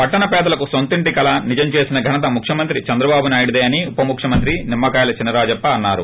పట్షణ పేదలకు నొంతింటి కల నిజం చేసిన ఘనత ముఖ్యమంత్రి చంద్రబాబు నాయుడుదే అని ఉపముఖ్యమంత్రి నిమ్మకాయల చినరాజప్ప అన్నారు